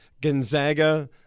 Gonzaga